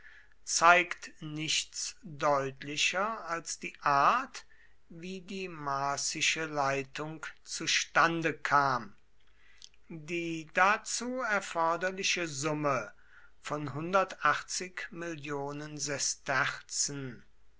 zeigt nichts deutlicher als die art wie die marcische leitung zustande kam die dazu erforderliche summe von